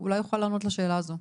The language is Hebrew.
אולי הוא יוכל לענות לשאלה הזו.